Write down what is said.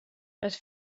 les